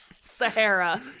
Sahara